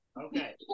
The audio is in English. okay